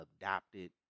adopted